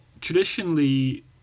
Traditionally